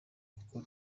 kuko